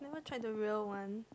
never tried the real one